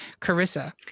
Carissa